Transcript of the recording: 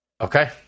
Okay